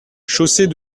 chaussée